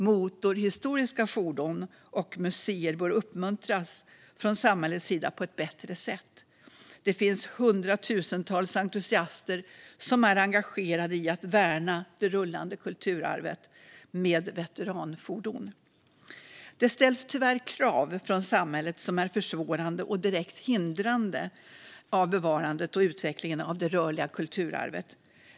Motorhistoriska fordon och museer bör uppmuntras från samhällets sida på ett bättre sätt. Det finns hundratusentals entusiaster som är engagerade i att värna det rullande kulturarvet med veteranfordon. Det ställs tyvärr krav från samhället som är försvårande och direkt hindrande för bevarandet och utvecklingen av det rörliga kulturarvet.